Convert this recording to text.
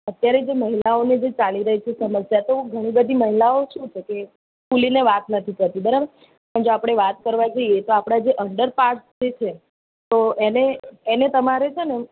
અત્યારે જે મહિલાઓને જે ચાલી રહી છે સમસ્યા તો ઘણી બધી મહિલાઓ શું છે કે ખુલીને વાત નથી કરતી બરાબર પણ આપણે જો વાત કરવા જઇએ તો આપણાં જે અન્ડર પાર્ટ્સ જે છે તો એને એને તમારે છે ને